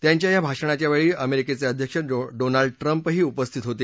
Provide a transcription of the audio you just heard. त्यांच्या या भाषणाच्या वेळी अमेरिकेचे अध्यक्ष डोनाल्ड ट्रम्पही उपस्थित होते